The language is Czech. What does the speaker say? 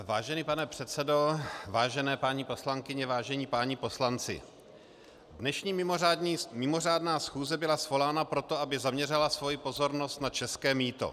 Vážený pane předsedo, vážené paní poslankyně, vážení páni poslanci, dnešní mimořádná schůze byla svolána proto, aby zaměřila svoji pozornost na české mýto.